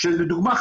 שלדוגמה,